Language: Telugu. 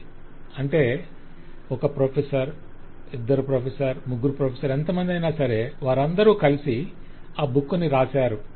ఉంది అంటే ఒక ప్రొఫెసర్ ఇద్దరు ప్రొఫెసర్లు ముగ్గురు ప్రొఫెసర్లు ఎంతమందైనా వారందరూ కలిసి ఆ బుక్ ని రాశారు